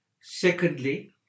Secondly